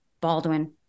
Baldwin